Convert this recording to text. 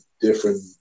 different